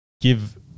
give